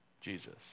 Jesus